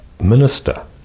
minister